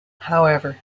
however